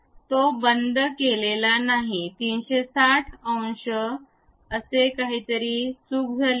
तो बंद केलेला नाही 360 अंश अरे काहीतरी चूक झाली आहे